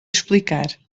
explicar